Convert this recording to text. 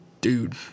dude